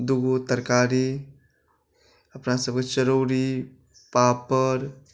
दू गो तरकारी अपनासभके चड़ौरी पापड़